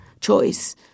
choice